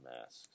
masks